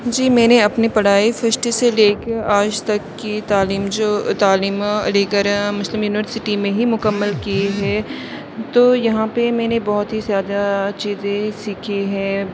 جی میں نے اپنی پڑھائی فسٹ سے لے کے آج تک کی تعلیم جو تعلیم علی گڑھ مسلم یونیورسٹی میں ہی مکمل کی ہے تو یہاں پہ میں نے بہت ہی زیادہ چیزیں سیکھی ہیں